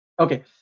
okay